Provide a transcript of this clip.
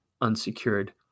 unsecured